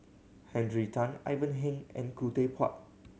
Henry Tan Ivan Heng and Khoo Teck Puat